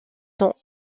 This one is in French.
temps